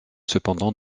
cependant